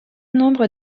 nombre